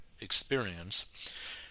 experience